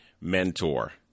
mentor